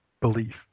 belief